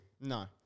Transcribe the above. No